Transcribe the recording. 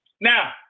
Now